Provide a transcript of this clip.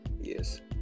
Yes